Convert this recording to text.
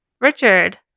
Richard